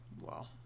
Wow